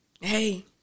Hey